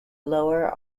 lower